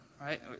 right